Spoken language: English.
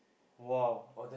!wow!